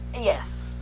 Yes